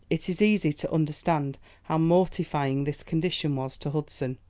it is easy to understand how mortifying this condition was to hudson.